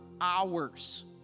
hours